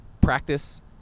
practice